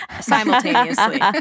simultaneously